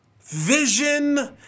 vision